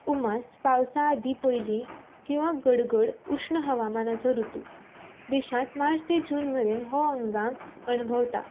उमास पावसा आदीं पयलीं किंवां गडगड उश्ण हवामानाचो रुतू देशात मार्च ते जून मेरेन हो हंगाम अणभवता